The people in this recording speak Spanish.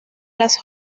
las